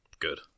Good